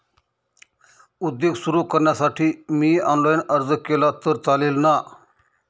उद्योग सुरु करण्यासाठी मी ऑनलाईन अर्ज केला तर चालेल ना?